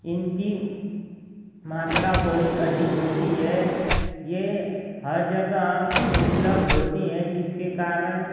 इनकी मात्रा बहुत अधिक होती है यह हर जगह उपलब्ध होती हैं जिसके कारण